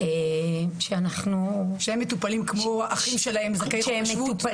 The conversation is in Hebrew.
הם מטופלים כמו האחים שלהם זכאי חוק השבות?